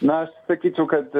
na aš sakyčiau kad